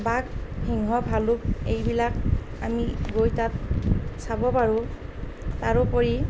বাঘ সিংহ ভালুক এইবিলাক আমি গৈ তাত চাব পাৰোঁ তাৰোপৰি